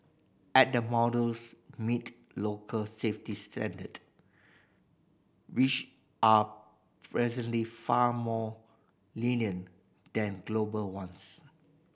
at the models meet local safety standard which are presently far more lenient than global ones